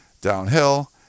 downhill